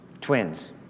twins